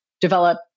develop